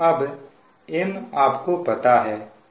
अब M आपको पता है